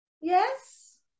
Yes